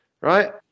Right